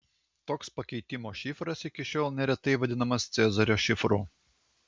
toks pakeitimo šifras iki šiol neretai vadinamas cezario šifru